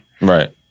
Right